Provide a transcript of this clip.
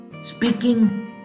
Speaking